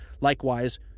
Likewise